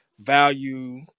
value